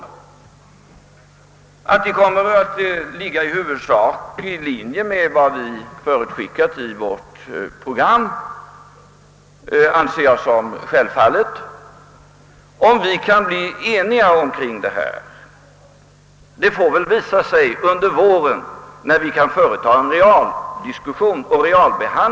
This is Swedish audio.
Att förslagen kommer att ligga i huvudsaklig linje med vårt program anser jag självfallet. Om det sedan kan bli enighet i dessa frågor återstår att se när riksdagen i vår skall företa en realbehandling av propåerna.